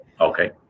okay